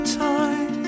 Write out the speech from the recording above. time